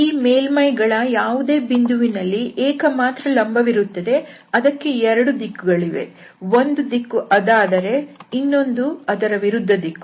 ಈ ಮೇಲ್ಮೈಗಳ ಯಾವುದೇ ಬಿಂದುವಿನಲ್ಲಿ ಏಕಮಾತ್ರ ಲಂಬವಿರುತ್ತದೆ ಅದಕ್ಕೆ ಎರಡು ದಿಕ್ಕು ಗಳಿವೆ ಒಂದು ದಿಕ್ಕು ಅದಾದರೆ ಇನ್ನೊಂದು ಅದರ ವಿರುದ್ಧ ದಿಕ್ಕು